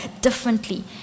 differently